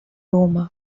روما